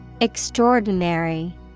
Extraordinary